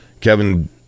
Kevin